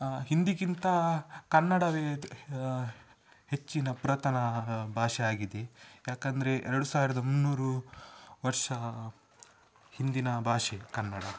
ಹಿಂದಿಗಿಂತ ಕನ್ನಡವೇ ಹೆಚ್ಚಿನ ಪುರಾತನ ಭಾಷೆ ಆಗಿದೆ ಏಕಂದ್ರೆ ಎರಡು ಸಾವಿರದ ಮುನ್ನೂರು ವರ್ಷ ಹಿಂದಿನ ಭಾಷೆ ಕನ್ನಡ